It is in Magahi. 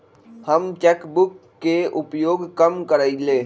हम चेक बुक के उपयोग कम करइले